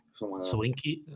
Swinky